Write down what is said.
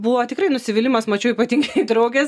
buvo tikrai nusivylimas mačiau ypatingai draugės